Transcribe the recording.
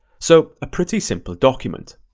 so a pretty simple document.